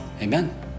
Amen